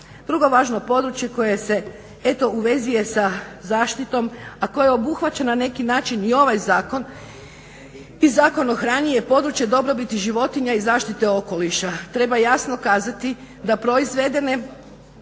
Drugo važno područje koje se eto uvezuje sa zaštitom a koje obuhvaća na neki način i ovaj zakon i Zakon o hrani je područje dobrobiti životinja i zaštite okoliša. Treba jasno kazati da proizvedene